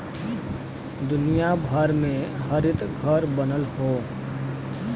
दुनिया भर में हरितघर बनल हौ